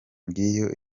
ngiyo